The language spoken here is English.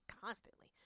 constantly